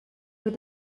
with